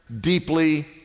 deeply